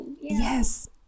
yes